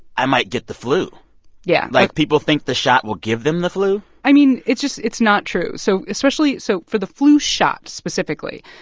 i might get the flu yeah like, people think the shot will give them the flu i mean, it's just it's not true. so especially so for the flu shot specifically,